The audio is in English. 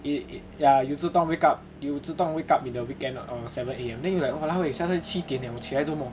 it yeah you just 自动 wake up you 自动 wake up in the weekend err seven A_M then you like !walao! eh 现在七点我起来做么